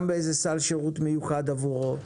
גם באיזה סל שירות מיוחד עבורו?